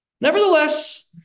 Nevertheless